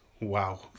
Wow